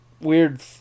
weird